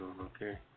okay